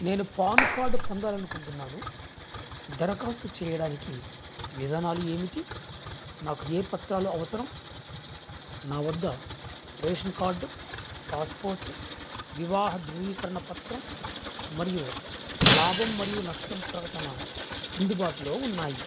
నేను PAN card పొందాలి అనుకుంటున్నాను దరఖాస్తు చేయడానికి విధానాలు ఏమిటి నాకు ఏ పత్రాలు అవసరం నా వద్ద రేషన్ కార్డు పాస్పోర్టు వివాహ ధ్రువీకరణ పత్రం మరియు లాభం మరియు నష్టం ప్రకటన అందుబాటులో ఉన్నాయి